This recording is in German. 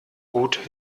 gut